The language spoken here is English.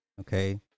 okay